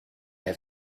have